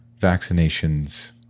vaccinations